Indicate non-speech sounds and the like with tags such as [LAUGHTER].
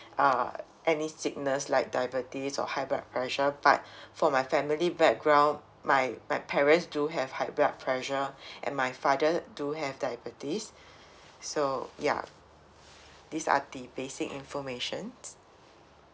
uh any sickness like diabetes or high blood pressure but for my family background my my parents do have high blood pressure [BREATH] and my father do have diabetes so ya this are the basic information